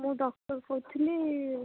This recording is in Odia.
ମୁଁ ଡକ୍ଟର କହୁଥିଲି